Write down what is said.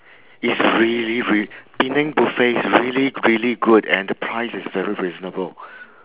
it's really real~ penang buffet is really really good and the price is very reasonable